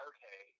Okay